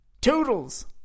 Toodles